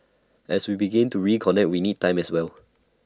as we begin to reconnect we need time as well